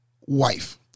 Wife